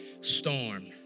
storm